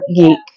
geek